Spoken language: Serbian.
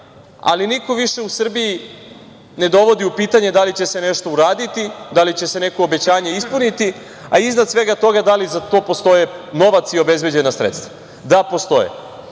ali niko više u Srbiji ne dovodi u pitanje da li će se nešto uraditi, da li će se neko obećanje ispuniti, a iznad svega toga, da li za to postoji novac i obezbeđena sredstava. Da, postoje